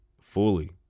fully